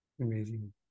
amazing